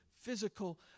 physical